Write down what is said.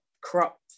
crop